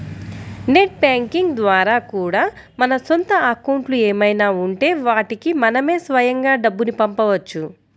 net banking ద్వారా కూడా మన సొంత అకౌంట్లు ఏమైనా ఉంటే వాటికి మనమే స్వయంగా డబ్బుని పంపవచ్చు